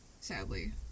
Sadly